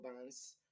bands